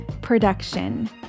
production